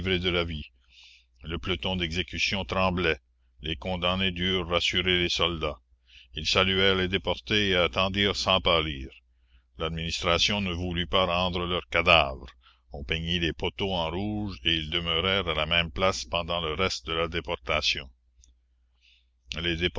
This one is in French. de la vie le peloton d'exécution tremblait les condamnés durent rassurer les soldats ils saluèrent les déportés et attendirent sans pâlir l'administration ne voulut pas rendre leurs cadavres on peignit les poteaux en rouge et ils demeurèrent à la même place pendant le reste de la déportation